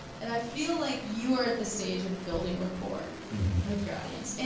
and i feel like you are at the stage of building rapport with your audience, and